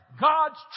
God's